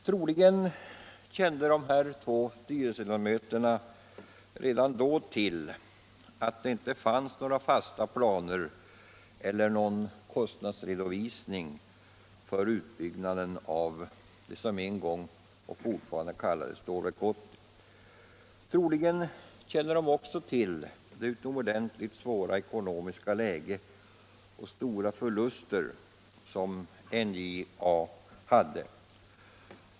Troligen kände dessa båda styrelseledamöter redan då till att det inte fanns några fasta plancer cller någon kostnadsredovisning för utbyggnaden av Stålverk 80. Troligen kände de också till det utomordentligt svåra ekonomiska läge och de stora förluster som NJA hade.